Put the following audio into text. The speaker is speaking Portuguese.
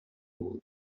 mundo